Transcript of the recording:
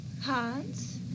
Hans